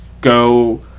go